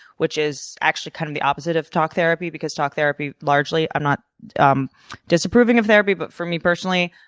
which is actually kind of the opposite of talk therapy because talk therapy largely i'm not um disapproving of therapy but for me personally,